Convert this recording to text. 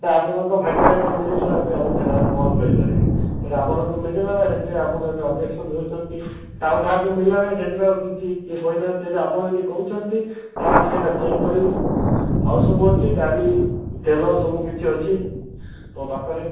ସେଟା ଆପଣଙ୍କ ଭାଗ୍ୟରେ ଏକା ମିଳିଗଲା ଏବେ ଆଉ ସେଟା କ'ଣ କରିପାରିବି ସେଟା ଆପଣଙ୍କୁ ମିଳିଗଲା ସେଥିପାଇଁ ଆପଣ ଏବେ ଅବ୍ଜେକ୍ସନ୍ ଦେଉଛନ୍ତି ସେଟା ଆଉ କାହାକୁ ମିଳିଲାନି ସେଥିପାଇଁ କିଛି କିଏ କହିନାହାନ୍ତି ଆପଣ ଯଦି କହୁଛନ୍ତି ତାହେଲେ ଆମେ ସେଟା ଚେକ୍ କରିବୁ ଆଉ ସବୁ ଅଛି ଡାଲି ତେଲ ସବୁକିଛି ଅଛି ମୋ ପାଖରେ